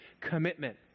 commitment